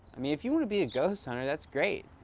i mean, if you want to be a ghost hunter, that's great.